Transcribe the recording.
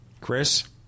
Chris